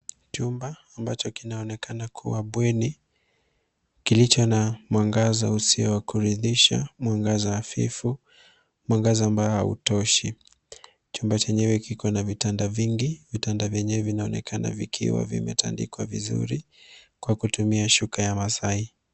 Chumba ambacho kinaonekana kuwa bweni, kilicho na mwangaza usio wa kuridhisha, mwangaza hafifu, mwangaza ambao hautoshi. Chumba chenyewe kikona vitanda vingi, vitanda vyenyewe vinaonekana vikiwa vimetandikwa vizuri kwa kutumia shuka ya masai.